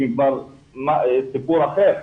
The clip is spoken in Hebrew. שזה כבר סיפור אחר.